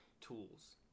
tools